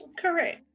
Correct